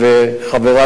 "חמאס"